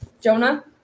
Jonah